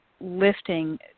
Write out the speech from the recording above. lifting